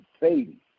baby